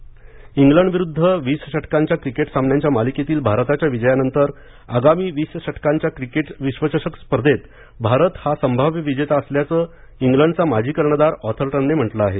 Atherton इंग्लंडविरुद्ध वीस षटकांच्या क्रिकेट सामन्यांच्या मालिकेतील भारताच्या विजयानंतर आगामी वीस षटकांच्या क्रिकेट विश्वचषक स्पर्धेत भारत हा संभाव्य विजेता असल्याचे इंग्लंडचा माजी कर्णधार ऑथरटनने म्हंटले आहे